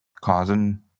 causing